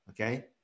okay